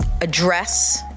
address